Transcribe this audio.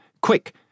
Quick